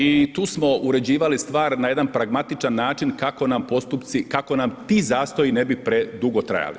I tu smo uređivali stvari na jedan pragmatičan način kako nam postupci, kako nam ti zastoji ne bi predugo trajali.